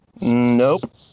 Nope